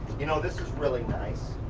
you know this is really nice.